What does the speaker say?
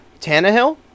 Tannehill